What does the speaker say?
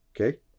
Okay